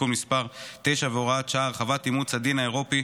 (תיקון מס' 9 והוראת שעה) (הרחבת אימוץ הדין האירופי,